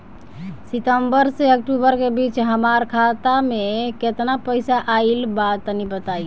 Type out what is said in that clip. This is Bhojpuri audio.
सितंबर से अक्टूबर के बीच हमार खाता मे केतना पईसा आइल बा तनि बताईं?